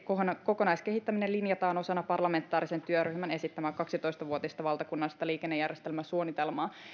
kokonaiskehittäminen linjataan osana parlamentaarisen työryhmän esittämää kaksitoista vuotista valtakunnallista liikennejärjestelmäsuunnitelmaa